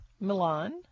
Milan